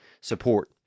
Support